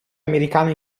americana